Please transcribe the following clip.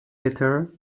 later